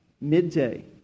Midday